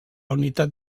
unitat